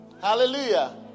Hallelujah